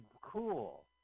cool